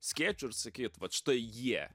skėčiu ir sakyt vat štai jie